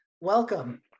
welcome